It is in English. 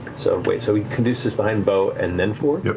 so wait, so caduceus behind beau and then fjord?